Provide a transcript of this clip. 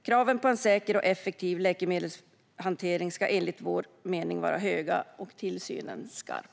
Kraven på säker och effektiv läkemedelshantering ska enligt vår mening vara höga och tillsynen skarp.